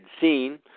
seen